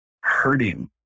hurting